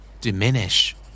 Diminish